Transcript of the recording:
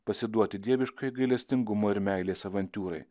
pasiduoti dieviškai gailestingumo ir meilės avantiūrai